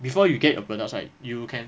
before you get your products right you can